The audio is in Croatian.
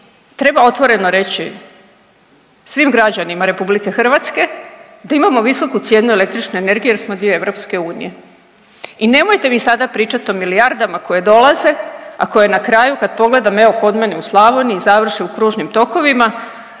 treba otvoreno reći svim građanima RH da imamo visoku cijenu električne energije jer smo dio EU. I nemojte mi sad pričat o milijardama koje dolaze, a koje na kraju kad pogledam evo kod mene u Slavoniji završe u kružnim tokovima